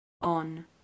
on